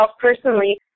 personally